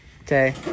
okay